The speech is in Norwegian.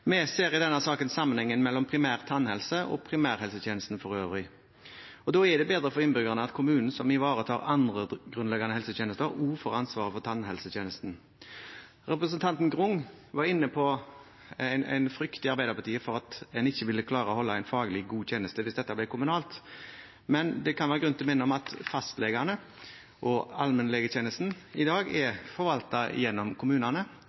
Vi ser i denne saken sammenhengen mellom primær tannhelsetjeneste og primærhelsetjenesten for øvrig. Da er det bedre for innbyggerne at kommunen, som ivaretar andre grunnleggende helsetjenester, også får ansvaret for tannhelsetjenesten. Representanten Grung var inne på en frykt i Arbeiderpartiet for at en ikke ville klare å holde en faglig god tjeneste hvis dette blir kommunalt. Men det kan være grunn til å minne om at fastlegene og allmennlegetjenesten i dag er forvaltet gjennom kommunene,